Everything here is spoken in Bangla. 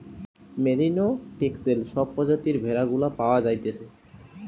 মেরিনো, টেক্সেল সব প্রজাতির ভেড়া গুলা পাওয়া যাইতেছে